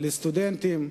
לסטודנטים.